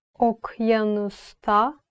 okyanusta